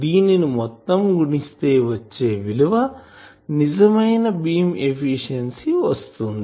దీనిని మొత్తం గణిస్తే వచ్చే విలువే నిజమైన బీమ్ ఎఫిషియన్సీ వస్తుంది